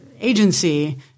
agency